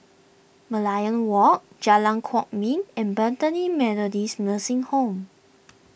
Merlion Walk Jalan Kwok Min and Bethany Methodist Nursing Home